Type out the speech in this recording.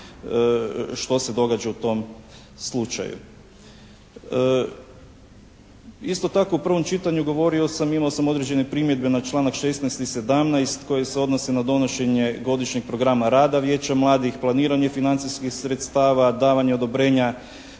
što se događa u tom slučaju. Isto tako u prvom čitanju govorio sam i imao sam određene primjedbe na članak 16. i 17. koji se odnosi na donošenje godišnjeg programa rada Vijeća mladih, planiranje financijskih sredstava, davanje odobrenja